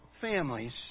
families